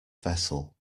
vessel